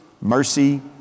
mercy